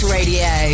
Radio